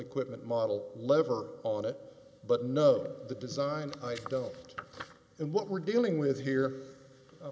equipment model lever on it but no the design i don't and what we're dealing with here